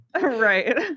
Right